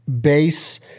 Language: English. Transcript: base